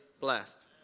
blessed